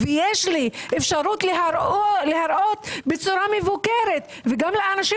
ויש לי אפשרות להראות בצורה מבוקרת וגם לאנשים